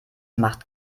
macht